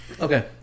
Okay